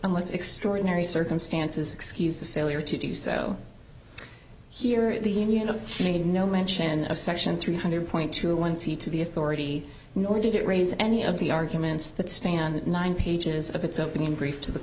unless extraordinary circumstances excuse of failure to do so here in the union of made no mention of section three hundred point two one see to the authority nor did it raise any of the arguments that stand nine pages of its opening brief to the